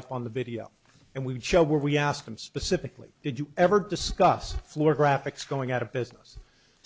up on the video and we show where we ask him specifically did you ever discuss floor graphics going out of business